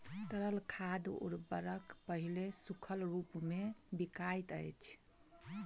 तरल खाद उर्वरक पहिले सूखल रूपमे बिकाइत अछि